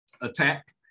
Attack